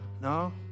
No